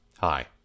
Hi